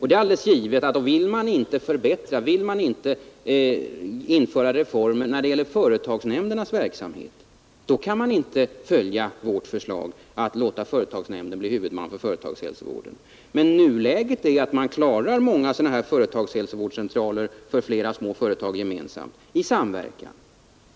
Det är givet att vill man inte förbättra, vill man inte införa reformer när det gäller företagsnämndernas verksamhet, kan man inte följa vårt förslag att låta företagsnämnden bli huvudman för företagshälsovården. Men i dag drivs många företagshälsovårdscentraler av flera företag gemensamt i samverkan.